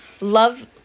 love